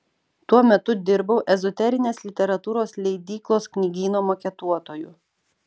tuo metu dirbau ezoterinės literatūros leidyklos knygyno maketuotoju